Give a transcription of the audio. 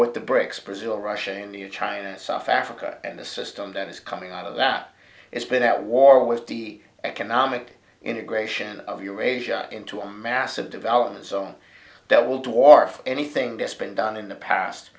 with the brics brazil russia india china south africa and a system that is coming out of that it's been at war with the economic integration of eurasia into a massive development zone that will dwarf anything that's been done in the past